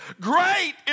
great